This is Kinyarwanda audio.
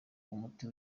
umuti